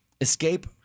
escape